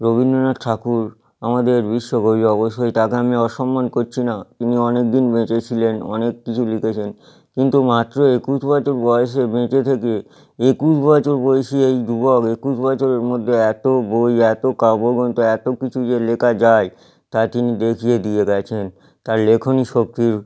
রবীন্দ্রনাথ ঠাকুর আমাদের বিশ্বকবি অবশ্যই তাঁকে আমি অসম্মান করছি না তিনি অনেকদিন বেঁচে ছিলেন অনেক কিছু লিখেছেন কিন্তু মাত্র একুশ বছর বয়সে বেঁচে থেকে একুশ বছর বয়সী এই যুবক একুশ বছরের মধ্যে এত বই এত কাব্যগ্রন্থ এত কিছু যে লেখা যায় তা তিনি দেখিয়ে দিয়ে গেছেন তার লেখনী শক্তির